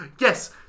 Yes